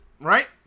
right